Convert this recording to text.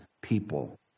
people